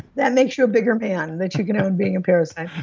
that makes you a bigger man and that you can own being a parasite.